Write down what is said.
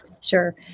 Sure